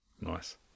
Nice